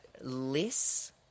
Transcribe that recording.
less